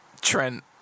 Trent